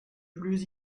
plus